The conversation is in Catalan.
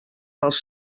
dels